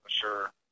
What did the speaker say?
sure